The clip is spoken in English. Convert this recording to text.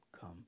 come